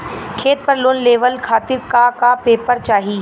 खेत पर लोन लेवल खातिर का का पेपर चाही?